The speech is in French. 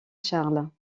charles